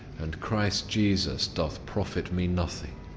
and christ jesus doth profit me nothing.